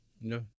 No